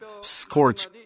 scorch